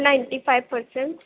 ninety five percent